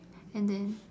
and then